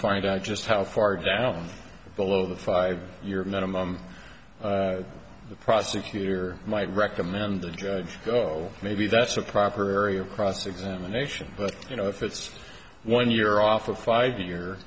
find out just how far down below the five year minimum the prosecutor might recommend the judge go maybe that's a proper area of cross examination but you know if it's one year off a five